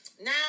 Now